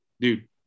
dude